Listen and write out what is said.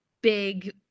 big